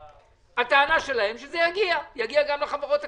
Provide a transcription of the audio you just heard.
הטענה שלהם שזה יגיע גם לחברות הקטנות.